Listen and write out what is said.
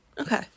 Okay